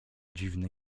dziwny